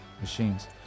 machines